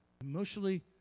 Emotionally